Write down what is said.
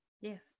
yes